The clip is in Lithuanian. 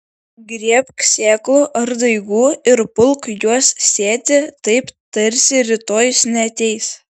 griebk sėklų ar daigų ir pulk juos sėti taip tarsi rytojus neateis